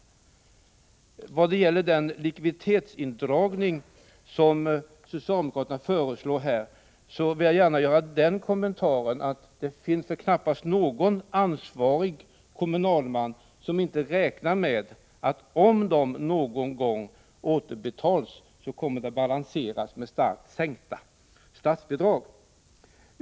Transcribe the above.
När det gäller den likviditetsindragning som socialdemokraterna föreslår, vill jag gärna säga att det väl knappast finns någon ansvarig kommunalman som inte räknar med att om dessa medel någon gång återbetalas kommer detta att balanseras genom kraftigt sänkta statsbidrag.